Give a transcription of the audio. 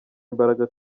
imbaraga